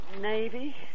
Navy